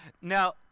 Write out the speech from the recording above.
Now